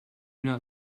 not